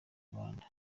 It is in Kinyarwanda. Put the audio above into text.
rwanda